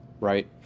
Right